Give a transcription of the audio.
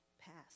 passed